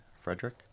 Frederick